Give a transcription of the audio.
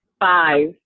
five